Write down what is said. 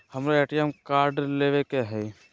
हमारा ATM card लेव के हई